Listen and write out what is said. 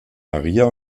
maria